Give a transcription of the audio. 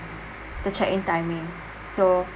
the check in timing so